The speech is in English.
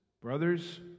Brothers